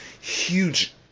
huge